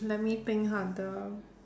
let me think harder